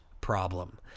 problem